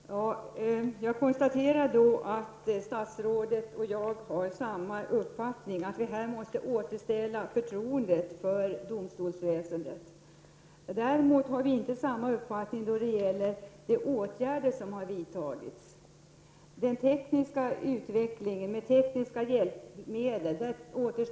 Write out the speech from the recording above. Fru talman! Jag kan konstatera att statsrådet och jag har samma uppfattning, nämligen att vi måste återställa förtroendet för domstolsväsendet. Vi har däremot inte samma uppfattning när det gäller de åtgärder som har vidtagits. Det återstår väldigt mycket att göra när det gäller de tekniska hjälpmedlen.